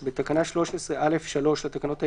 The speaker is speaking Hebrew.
תיקון תקנה 13 בתקנה 13(א)(3) לתקנות העיקריות,